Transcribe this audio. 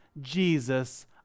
Jesus